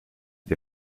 the